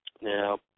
Now